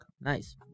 Nice